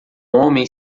homem